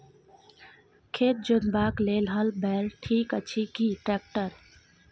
खेत जोतबाक लेल हल बैल ठीक अछि की ट्रैक्टर?